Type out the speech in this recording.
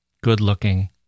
Good-looking